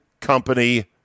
Company